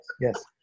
yes